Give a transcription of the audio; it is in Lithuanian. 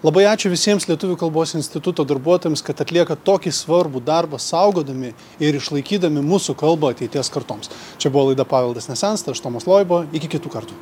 labai ačiū visiems lietuvių kalbos instituto darbuotojams kad atlieka tokį svarbų darbą saugodami ir išlaikydami mūsų kalbą ateities kartoms čia buvo laida paveldas nesensta aš tomas loiba iki kitų kartų